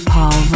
Paul